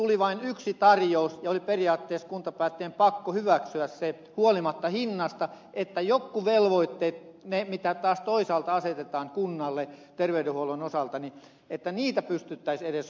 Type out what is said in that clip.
tuli vain yksi tarjous ja periaatteessa kuntapäättäjien oli pakko hyväksyä se huolimatta hinnasta jotta edes jotkut velvoitteet mitä taas toisaalta asetetaan kunnalle terveydenhuollon osalta pystyttäisiin hoitamaan